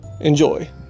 Enjoy